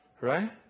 right